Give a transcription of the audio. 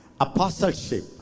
apostleship